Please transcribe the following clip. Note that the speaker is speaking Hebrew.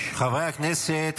חברי הכנסת,